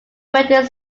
went